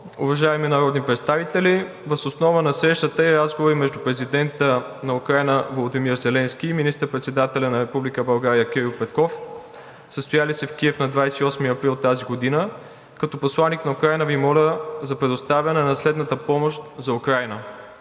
„Уважаеми народни представители! Въз основа на срещата и разговори между президента на Украйна Володимир Зеленски и министър-председателя на Република България Кирил Петков, състояли се в Киев на 28 април т.г., като посланик на Украйна Ви моля за предоставяне на следната помощ за Украйна: